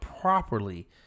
properly